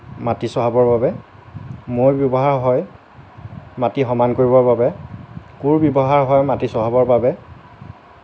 মাটি চহাবৰ বাবে মৈ ব্যৱহাৰ হয় মাটি সমান কৰিবৰ বাবে কোৰ ব্যৱহাৰ হয় মাটি চহাবৰ বাবে